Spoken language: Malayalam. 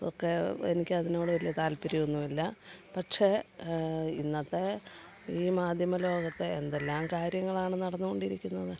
ഒക്കെ എനിക്കതിനോട് വലിയ താൽപ്പര്യമൊന്നുമില്ല പക്ഷേ ഇന്നത്തെ ഈ മാധ്യമ ലോകത്തെ എന്തെല്ലാം കാര്യങ്ങളാണ് നടന്നു കൊണ്ടിരിക്കുന്നത്